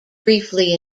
briefly